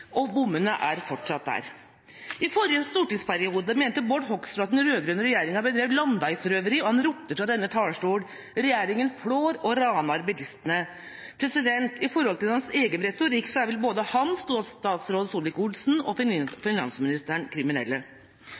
og bommene er fortsatt der. I forrige stortingsperiode mente Bård Hoksrud at den rød-grønne regjeringa drev med landeveisrøveri, og ropte fra denne talerstol: Regjeringa flår og raner bilistene. Med tanke på hans egen retorikk er både han, statsråd Solvik-Olsen og finansministeren kriminelle.